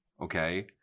Okay